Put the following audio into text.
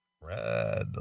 Red